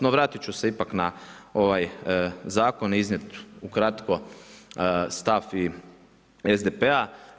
No vratiti ću se ipak na ovaj zakon iznijet ukratko stav SDP-a.